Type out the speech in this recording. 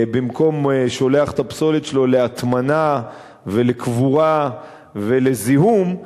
במקום לשלוח את הפסולת שלו להטמנה ולקבורה ולזיהום,